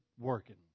working